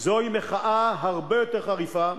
זוהי מחאה הרבה יותר חריפה,